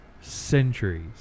Centuries